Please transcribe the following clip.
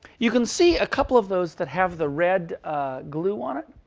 you can see a couple of those that have the red glue on it.